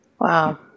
Wow